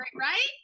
right